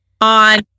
on